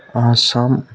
Assam